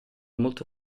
molto